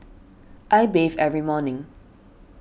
I bathe every morning